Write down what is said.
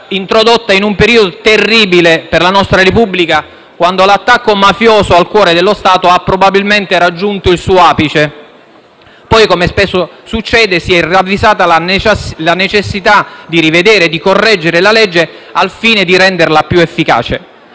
introdotta in un periodo terribile per la nostra Repubblica, quando l'attacco mafioso al cuore dello Stato ha probabilmente raggiunto il suo apice. Poi, come spesso succede, si è ravvisata la necessità di correggere la legge, al fine di renderla più efficace.